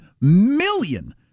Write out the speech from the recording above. million